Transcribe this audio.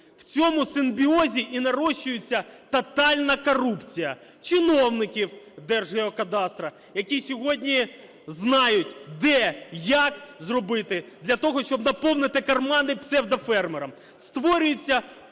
В цьому симбіозі і нарощується тотальна корупція чиновників Держгеокадастру, які сьогодні знають, де і як зробити для того, щоб наповнити кармани псевдофермерам.